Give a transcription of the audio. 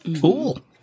Cool